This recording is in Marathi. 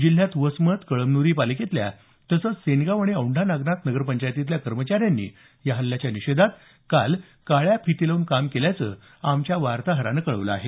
जिल्ह्यात वसमत कळमन्री पालिकेतल्या तसंच सेनगाव आणि औंढा नागनाथ नगर पंचायतीतल्या कर्मचाऱ्यांनी या हल्ल्याच्या निषेधात काल काळ्याफिती लावून काम केल्याचं आमच्या वार्ताहरानं कळवलं आहे